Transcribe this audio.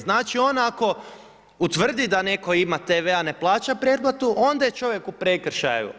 Znači on ako utvrdi da netko ima TV a ne plaća pretplatu, onda je čovjek u prekršaju.